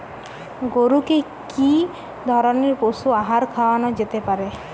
গরু কে কি ধরনের পশু আহার খাওয়ানো যেতে পারে?